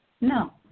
No